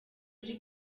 uri